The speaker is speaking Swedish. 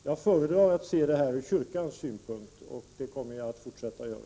Jag föredrar att se den här frågan från kyrkans synpunkt, och det kommer jag fortsätta att göra.